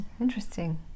Interesting